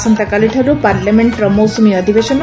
ଆସନ୍ତାକାଲିଠାରୁ ପାର୍ଲାମେଙ୍କର ମୌସୁମୀ ଅଧିବେଶନ